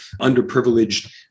underprivileged